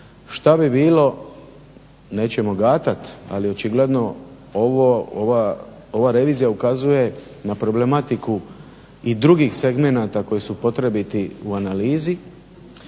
Što bi bilo nećemo gatati ali očigledno ova revizija ukazuje na problematiku i drugih segmenata koji su potrebiti u analizi